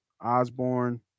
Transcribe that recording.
Osborne